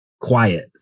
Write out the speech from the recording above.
quiet